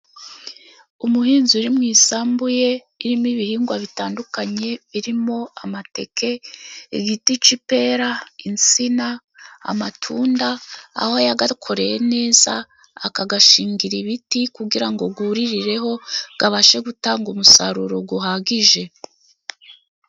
Umuhinzi uri mu isambu ye irimo ibihingwa bitandukanye, birimo amateke, igiti cy'ipera, insina, amatunda, aho yayakoreye neza akayashingira ibiti kugira ngo yuririreho abashe gutanga umusaruro uhagije.